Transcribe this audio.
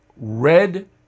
Red